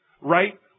Right